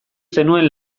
zenuen